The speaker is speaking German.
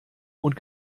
und